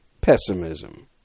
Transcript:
pessimism